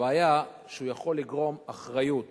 הבעיה, שהוא יכול לגרום אחריות